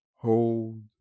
Hold